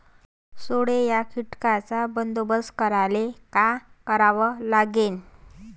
सोंडे या कीटकांचा बंदोबस्त करायले का करावं लागीन?